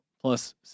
plus